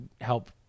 help